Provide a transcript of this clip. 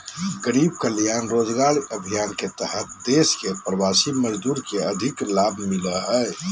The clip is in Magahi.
गरीब कल्याण रोजगार अभियान के तहत देश के प्रवासी मजदूर के अधिक लाभ मिलो हय